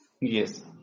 yes